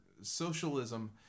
socialism